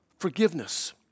forgiveness